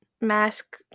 mask